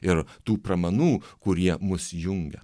ir tų pramanų kurie mus jungia